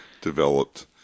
developed